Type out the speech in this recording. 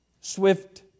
swift